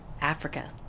Africa